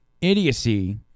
idiocy